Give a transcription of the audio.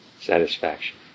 Satisfaction